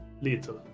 Little